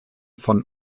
von